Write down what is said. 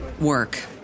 work